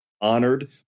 honored